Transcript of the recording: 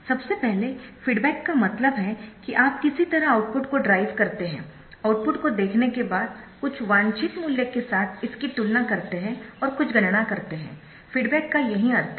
सबसे पहले फीडबॅक का मतलब है कि आप किसी तरह आउटपुट को ड्राइव करते है आउटपुट को देखने के बाद कुछ वांछित मूल्य के साथ इसकी तुलना करते है और कुछ गणना करते हैफीडबॅक का यही अर्थ है